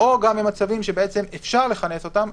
או גם במצבים בהם אפשר לכנס אותם,